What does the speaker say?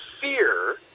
fear